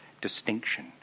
distinction